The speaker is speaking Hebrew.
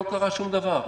לא קרה שום דבר.